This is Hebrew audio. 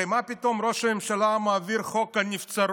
הרי מה פתאום ראש הממשלה מעביר את חוק הנבצרות?